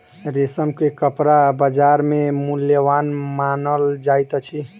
रेशम के कपड़ा बजार में मूल्यवान मानल जाइत अछि